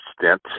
stint